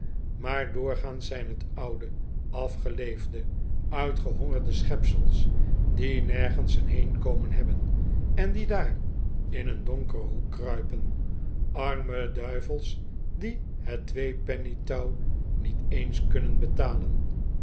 maar doorgaans zijn het oude afgeleefde uitgehongerde schepsels die nergens een heenkomen hebben en die daar in een donkeren hoek kruipen arme duivels die het twee penny touw niet eens kunnen betalen